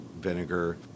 vinegar